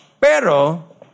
Pero